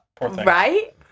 right